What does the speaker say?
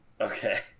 Okay